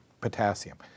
potassium